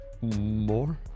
More